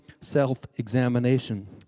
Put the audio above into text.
self-examination